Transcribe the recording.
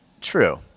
true